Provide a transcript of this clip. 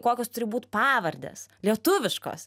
kokios turi būt pavardės lietuviškos